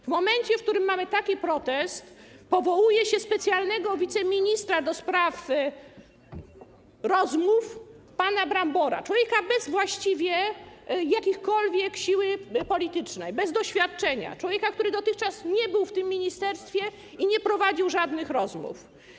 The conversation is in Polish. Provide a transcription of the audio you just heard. W momencie, w którym mamy taki protest, powołuje się specjalnego wiceministra do spraw rozmów, pana Brombera, człowieka właściwie bez jakiejkolwiek siły politycznej, bez doświadczenia, człowieka, który dotychczas nie był w tym ministerstwie i nie prowadził żadnych rozmów.